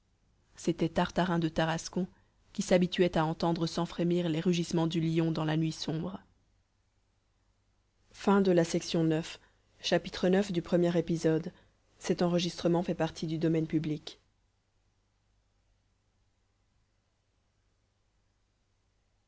c'était tartarin de tarascon qui s'habituait à entendre sans frémir les rugissements du lion dans la nuit sombre